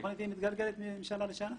התכנית מתגלגלת משנה לשנה.